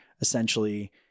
essentially